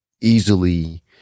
easily